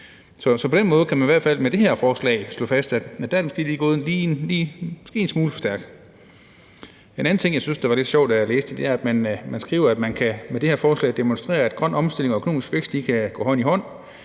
Så på den måde kan man i hvert fald med det her forslag slå fast, at det måske lige er gået en smule for stærkt. En anden ting, jeg syntes var lidt sjov, da jeg læste det, er, at man skriver, at man med det her forslag kan demonstrere, at grøn omstilling og økonomisk vækst kan gå hånd i hånd.